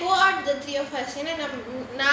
we can go out the three of us ஏனா நம்ம:yaenaa namma